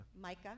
Micah